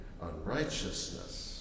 unrighteousness